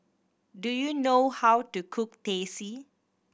do you know how to cook Teh C